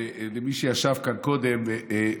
ולמי שישב כאן קודם,